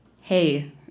hey